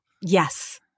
Yes